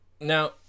Now